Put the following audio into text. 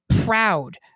proud –